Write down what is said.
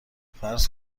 فرض